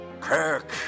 Kirk